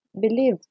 believe